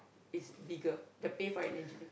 is bigger the pay for an engineer